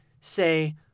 say